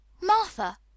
martha